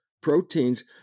Proteins